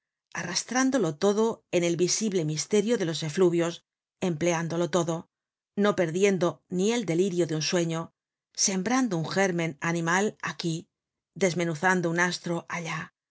arrastrándolo todo en el visible misterio delos efluvios empleándolo todo no perdiendo ni el delirio de un sueño sembrando un gérmen animal aquí desmenuzando un astro allá